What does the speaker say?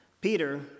Peter